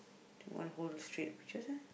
do you want to hold the straight peaches ah